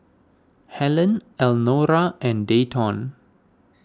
Hellen Elnora and Dayton